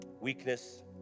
weakness